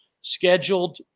scheduled